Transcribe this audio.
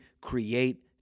create